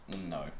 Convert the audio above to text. No